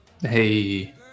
Hey